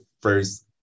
first